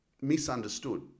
misunderstood